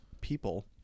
people